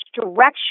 direction